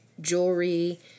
jewelry